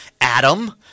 Adam